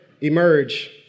emerge